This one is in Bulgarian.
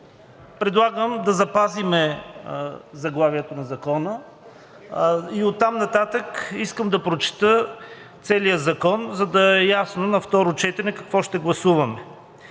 Предлагам да запазим заглавието на Закона и оттам нататък искам да прочета целия закон, за да е ясно на второ четене какво ще гласуваме.